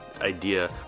idea